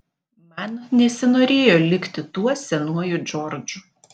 man nesinorėjo likti tuo senuoju džordžu